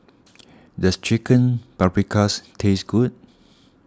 does Chicken Paprikas taste good